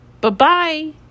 Bye-bye